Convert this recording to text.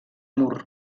mur